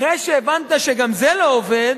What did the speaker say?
אחרי שהבנת שגם זה לא עובד,